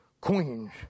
queens